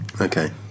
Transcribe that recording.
Okay